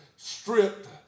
Stripped